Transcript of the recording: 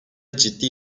ciddi